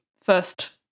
first